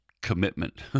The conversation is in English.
Commitment